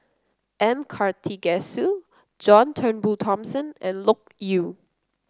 M Karthigesu John Turnbull Thomson and Loke Yew